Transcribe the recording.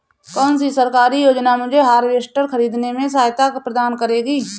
कौन सी सरकारी योजना मुझे हार्वेस्टर ख़रीदने में सहायता प्रदान करेगी?